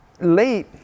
late